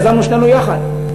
ויזמנו שנינו יחד,